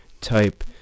type